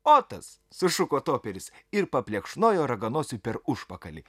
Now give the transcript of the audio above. otas sušuko toperis ir paplekšnojo raganosiui per užpakalį